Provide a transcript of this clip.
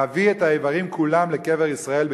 להביא את האיברים כולם לקבר ישראל,